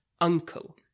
uncle